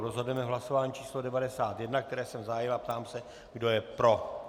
Rozhodneme v hlasování číslo 91, které jsem zahájil, a ptám se, kdo je pro.